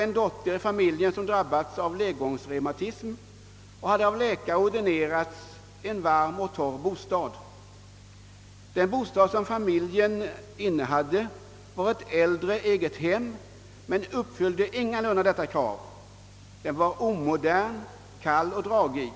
En dotter i familjen hade drabbats av ledgångsreumatism och av läkare blivit ordinerad en varm och torr bostad. Familjen innehade ett äldre eget hem som ingalunda uppfyllde det kravet — bostaden var omodern, kall och dragig.